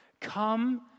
Come